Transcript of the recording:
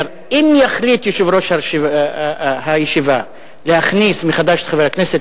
אומר: אם יחליט יושב-ראש הישיבה להכניס מחדש את חבר הכנסת,